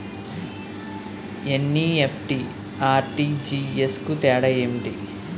NEFT, RTGS కు తేడా ఏంటి?